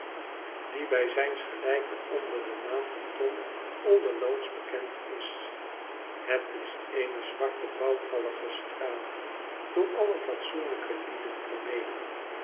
die bij zijns gelijken onder den naam van tom a alone's bekend is het is eene zwarte bouwvallige straat door alle fatsoenlijke lieden vermeden